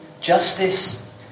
justice